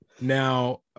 Now